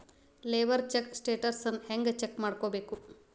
Labour check ಸ್ಟೆಟಸನ್ನ ಹೆಂಗ್ check ಮಾಡ್ಕೊಬೇಕ್?